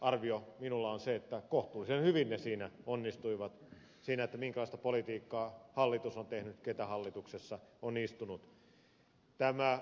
arvio minulla on se että kohtuullisen hyvin he siinä onnistuivat minkälaista politiikkaa hallitus on tehnyt ketä hallituksessa on istunut